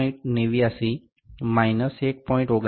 89 minus 1